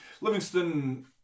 Livingston